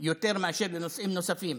יותר מאשר בנושאים נוספים,